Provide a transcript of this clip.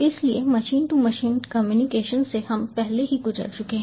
इसलिए machine to machine communication से हम पहले ही गुजर चुके हैं